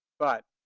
but